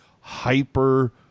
hyper